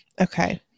Okay